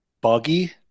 buggy